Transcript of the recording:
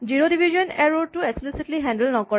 zero division এৰ'ৰ টো explicitly handle নকৰে